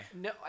No